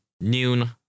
noon